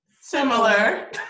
Similar